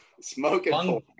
Smoking